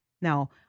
Now